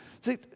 See